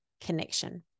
connection